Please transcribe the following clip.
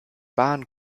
bahn